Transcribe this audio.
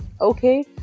okay